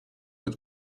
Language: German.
und